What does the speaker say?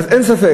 אין ספק,